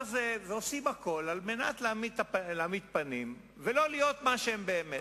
ועושים הכול על מנת להעמיד פנים ולא להיות מה שהם באמת.